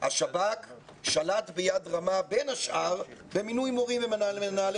השב"כ שלט ביד רמה בין השאר במינוי מורים ומנהלי